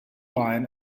line